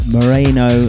Moreno